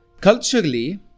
Culturally